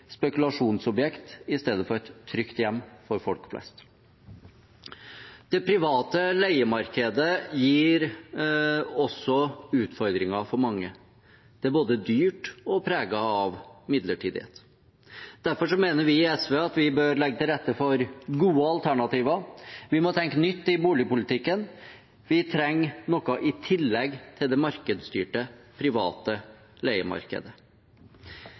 i stedet for et trygt hjem for folk flest. Det private leiemarkedet gir også utfordringer for mange. Det er både dyrt og preget av midlertidighet. Derfor mener vi i SV at vi bør legge til rette for gode alternativer. Vi må tenke nytt i boligpolitikken. Vi trenger noe i tillegg til det markedsstyrte, private leiemarkedet.